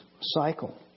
cycle